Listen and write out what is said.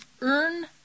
earn